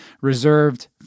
reserved